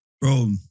Bro